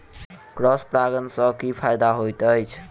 Cross परागण सँ की फायदा हएत अछि?